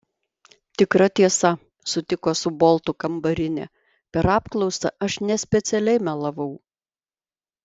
tikra tiesa sutiko su boltu kambarinė per apklausą aš nespecialiai melavau